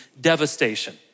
devastation